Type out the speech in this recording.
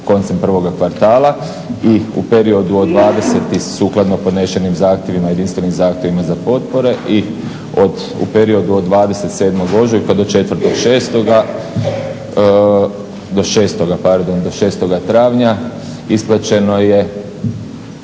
koncem prvoga kvartala i u periodu od 20 i sukladno podnešenim zahtjevima i jedinstvenim zahtjevima za potpore i u periodu od 27.ožujka do 6.travnja isplaćeno je